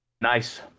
nice